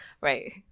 Right